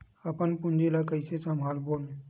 अपन पूंजी ला कइसे संभालबोन?